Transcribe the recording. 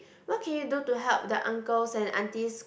what can you do to help the uncles and aunties